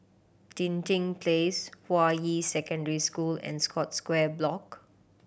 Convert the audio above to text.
Dinding Place Hua Yi Secondary School and Scotts Square Block